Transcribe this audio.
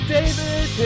David